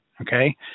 okay